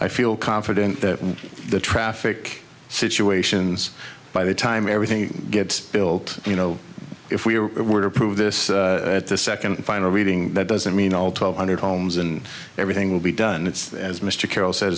i feel confident that the traffic situations by the time everything gets built you know if we were to prove this at this second and final reading that doesn't mean all twelve hundred homes and everything will be done it's as mr carroll sa